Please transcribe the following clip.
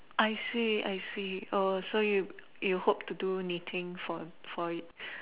I see I see oh so you you hope to do knitting for for